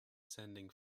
sending